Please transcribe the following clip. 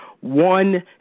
one